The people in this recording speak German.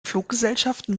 fluggesellschaften